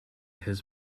his